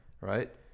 right